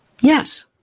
Yes